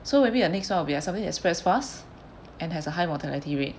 so maybe the next one will be like something that spreads fast and has a high mortality rate